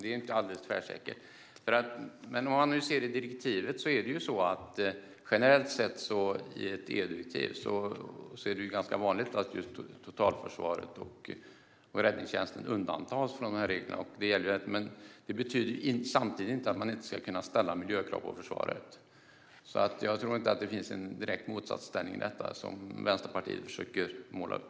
Det är inte tvärsäkert. Generellt sett är det ganska vanligt att totalförsvaret och räddningstjänsten undantas från dessa regler i EU-direktiv. Det betyder inte att man inte ska kunna ställa miljökrav på försvaret. Jag tror därför inte att det finns någon direkt motsatsställning i fråga om detta som Vänsterpartiet försöker måla upp.